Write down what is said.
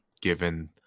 given